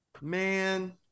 Man